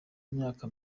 imyaka